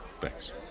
Thanks